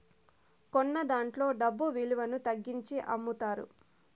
కొన్నదాంట్లో డబ్బు విలువను తగ్గించి అమ్ముతారు